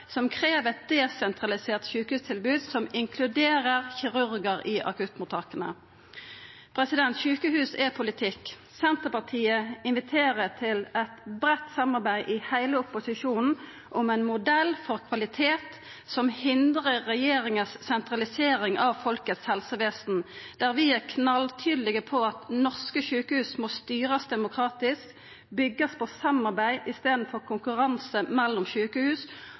desentralisert sjukehustilbod som inkluderer kirurgar i akuttmottaka. Sjukehus er politikk. Senterpartiet inviterer til eit breitt samarbeid i heile opposisjonen om ein modell for kvalitet som hindrar regjeringa i å sentralisera folket sitt helsevesen, der vi er knalltydelege på at norske sjukehus må styrast demokratisk, byggjast på samarbeid i staden for på konkurranse mellom sjukehus